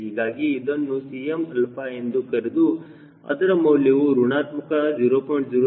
ಹೀಗಾಗಿ ಇದನ್ನು 𝐶mα ಎಂದು ಕರೆದು ಅದರ ಮೌಲ್ಯವು ಋಣಾತ್ಮಕ 0